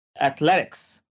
athletics